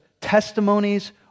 testimonies